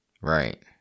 Right